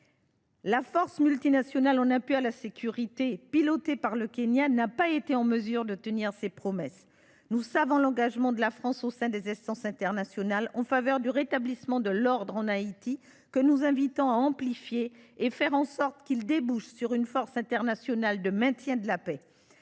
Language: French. La mission multinationale d’appui à la sécurité, pilotée par le Kenya, n’a pas été en mesure de tenir ses promesses. Nous connaissons l’engagement de la France au sein des instances internationales en faveur du rétablissement de l’ordre en Haïti, mais nous invitons à l’amplifier, de sorte qu’il débouche sur une force internationale de maintien de la paix